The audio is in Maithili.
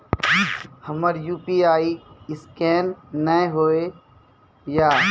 हमर यु.पी.आई ईसकेन नेय हो या?